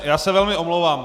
Já se velmi omlouvám.